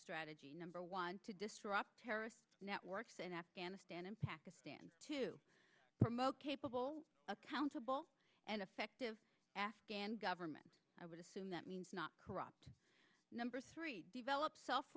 strategy number one to disrupt terrorist networks in afghanistan and pakistan to promote capable accountable and effective afghan government i would assume that means not corrupt number three develop self